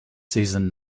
season